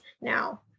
now